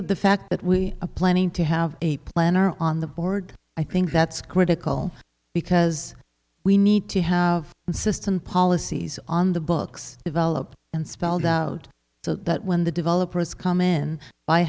that the fact that with a planning to have a plan are on the board i think that's critical because we need to have consistent policies on the books developed and spelled out so that when the developers come in buy